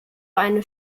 eine